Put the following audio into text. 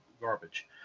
garbage